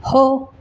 हो